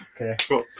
okay